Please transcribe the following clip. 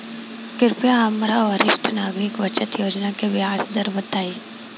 कृपया हमरा वरिष्ठ नागरिक बचत योजना के ब्याज दर बताई